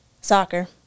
Soccer